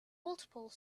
multiple